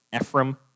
Ephraim